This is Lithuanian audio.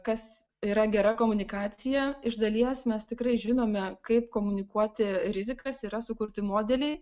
kas yra gera komunikacija iš dalies mes tikrai žinome kaip komunikuoti rizikas yra sukurti modeliai